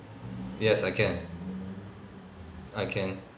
yes I can I can